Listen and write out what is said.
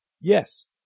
Yes